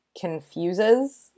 confuses